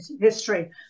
history